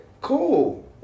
cool